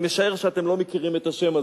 אני משער שאתם לא מכירים את השם הזה.